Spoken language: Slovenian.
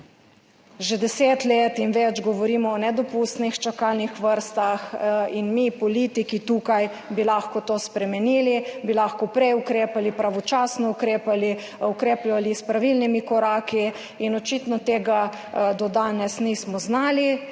Že 10 let in več govorimo o nedopustnih čakalnih vrstah in mi politiki tukaj bi lahko to spremenili, bi lahko prej ukrepali, pravočasno ukrepali, ukrepali s pravilnimi koraki. Očitno tega do danes nismo znali.